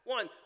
One